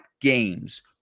games